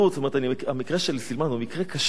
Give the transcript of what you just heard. זאת אומרת, המקרה של סילמן הוא מקרה קשה,